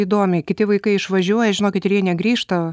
įdomiai kiti vaikai išvažiuoja žinokit ir jie negrįžta